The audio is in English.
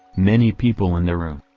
many people in a room.